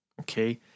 okay